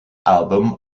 album